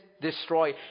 destroy